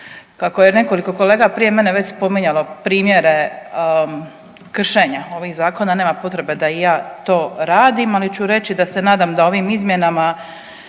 Kako je nekoliko kolega prije mene već spominjalo primjere kršenja ovih zakona nema potreba da i ja to radim, ali ću reći da se nadam da ovih izmjenama